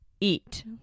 eat